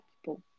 people